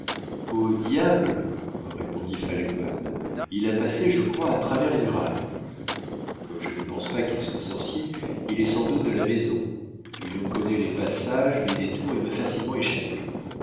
au diable répondit falcon il a passé je crois à travers les murailles comme je ne pense pas qu'il soit sorcier il est sans doute de la maison il en connaît les passages les détours et m'a facilement échappé